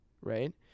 Right